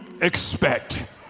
expect